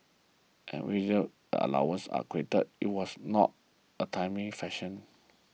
and even when the allowance was credited it was not a timely fashion